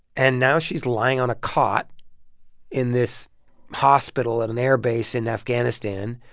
and now she's lying on a cot in this hospital at an air base in afghanistan